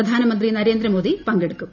പ്രധാനമന്ത്രി നരേന്ദ്രമോദി പങ്കെടുക്കും